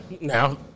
Now